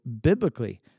biblically